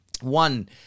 One